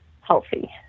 healthy